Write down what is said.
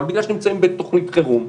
אבל בגלל שאנחנו נמצאים בתוכנית חירום,